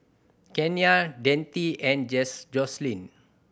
Kenia Dante and Joselyn